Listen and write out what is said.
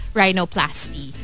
rhinoplasty